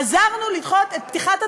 עזרנו לדחות את פתיחת התאגיד.